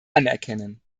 anerkennen